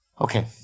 Okay